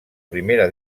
primera